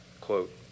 quote